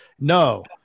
no